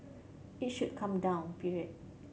it should come down period